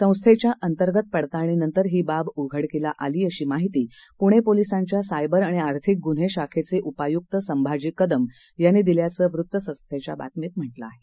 संस्थेच्या अंतर्गत पडताळणीनंतर ही बाब उघडकीला आली अशी माहिती पुणे पोलीसांच्या सायबर आणि आर्थिक गुन्हे शाखेचे उपायुक्त संभाजी कदम यांनी दिल्याचं वृत्तसंस्थेच्या बातमीत म्हटलं आहे